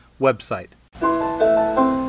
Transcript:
website